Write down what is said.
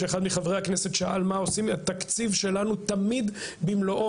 2". כך יהיה ואנחנו נהיה שותפים בו.